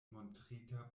montrita